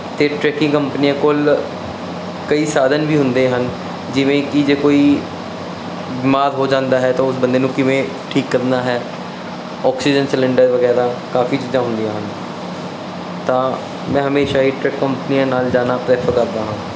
ਅਤੇ ਟਰੈਕਿੰਗ ਕੰਪਨੀਆਂ ਕੋਲ ਕਈ ਸਾਧਨ ਵੀ ਹੁੰਦੇ ਹਨ ਜਿਵੇਂ ਕਿ ਜੇ ਕੋਈ ਬਿਮਾਰ ਹੋ ਜਾਂਦਾ ਹੈ ਤਾਂ ਉਸ ਬੰਦੇ ਨੂੰ ਕਿਵੇਂ ਠੀਕ ਕਰਨਾ ਹੈ ਆਕਸੀਜਨ ਸਿਲਿੰਡਰ ਵਗੈਰਾ ਕਾਫੀ ਚੀਜ਼ਾਂ ਹੁੰਦੀਆਂ ਹਨ ਤਾਂ ਮੈਂ ਹਮੇਸ਼ਾ ਹੀ ਟਰੈਕ ਕੰਪਨੀਆਂ ਨਾਲ ਜਾਣਾ ਪ੍ਰੈਫਰ ਕਰਦਾ ਹਾਂ